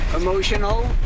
emotional